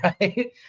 right